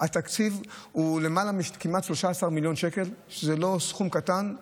התקציב הוא כמעט 13 מיליון שקל, וזה לא סכום קטן.